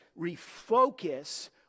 Refocus